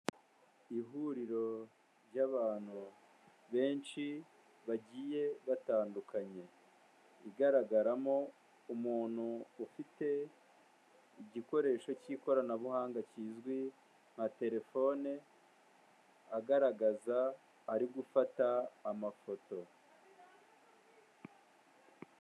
Ihuriro ry'abantu benshi bagiye batandukanye, igaragaramo umuntu ufite igikoresho cy'ikoranabuhanga kizwi nka telefone, agaragaza ari gufata amafoto.